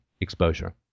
exposure